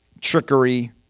trickery